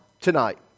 tonight